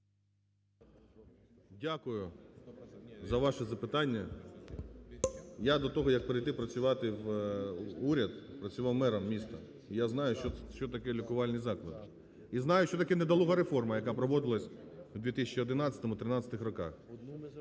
Дякую за ваше запитання. Я до того як прийти працювати в уряд працював мером міста і я знаю, що таке лікувальні заклади, і знаю, що таке недолуга реформа, яка проводилась в 2011-2013 роках.